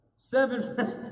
seven